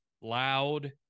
loud